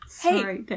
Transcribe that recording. hey